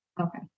Okay